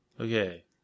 Okay